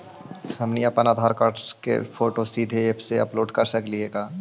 हमनी अप्पन आधार कार्ड के फोटो सीधे ऐप में अपलोड कर सकली हे का?